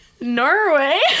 Norway